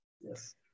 yes